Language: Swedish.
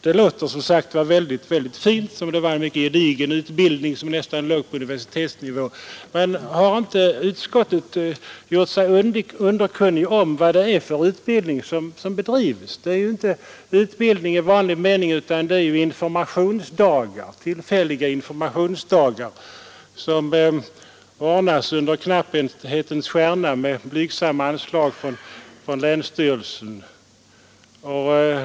Det låter som om det vore en mycket gedigen utbildning som nästan låg på universitetsnivå. Har inte utskottet gjort sig underkunnigt om vad det är för utbildning som bedrivs? Det är inte en utbildning i vanlig mening utan det är tillfälliga informationsdagar som ordnas under knapphetens stjärna med blygsamma anslag från länsstyrelserna.